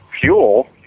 Fuel